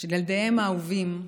של ילדיהן האהובים,